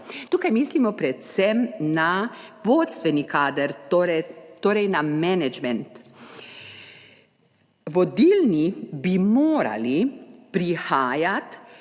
Tukaj mislimo predvsem na vodstveni kader, torej na menedžment. Vodilni bi morali prihajati